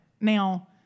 now